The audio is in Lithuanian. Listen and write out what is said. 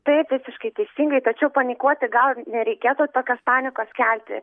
taip visiškai teisingai tačiau panikuoti gal nereikėtų tokios panikos kelti